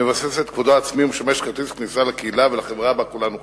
מבסס את כבודו העצמי ומשמש כרטיס כניסה לקהילה ולחברה שבה כולנו חיים.